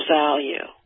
value